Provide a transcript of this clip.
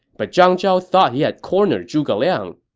but zhang zhao thought he had cornered zhuge liang